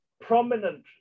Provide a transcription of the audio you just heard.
prominent